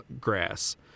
grass